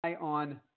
on